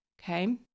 Okay